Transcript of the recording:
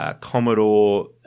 Commodore